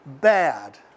bad